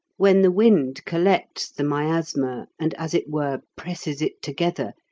when the wind collects the miasma, and, as it were, presses it together,